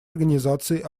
организации